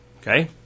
Okay